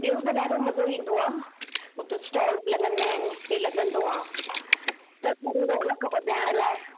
ॿियो त ॾाढो मज़ो ईंदो आहे हुते स्टॉल्स लॻंदा आहिनि हीअ लॻंदो आहे त वरी रौनक वधाइणु लाइ